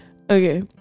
Okay